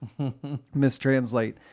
mistranslate